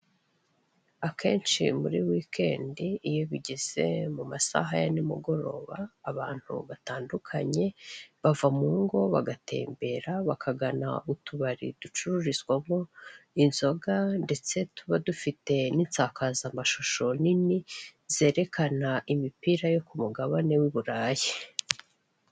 Akenshi muri wikendi iyo bigeze mu masaha ya nimugoroba abantu batandukanye, bava mu ngo bagatembera bakagana utubari ducururizwamo inzoga ndetse tuba dufita n'insakazamashusho nini zerekana umupira wo ku mugabane w'iburayi.